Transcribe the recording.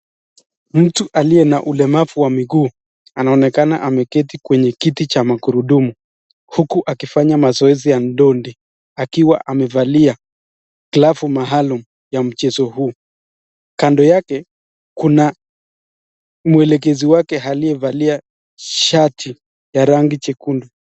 Mtu aliye na ulemavu wa miguu, anaonekana ameketi kwenye kiti cha magurudumu huku akifanya mazoezi ya ndondi akiwa amevalia glavu maalum ya mchezo huu. Kando yake kuna mwelekezi wake aliyevalia shati ya rangi jekundu.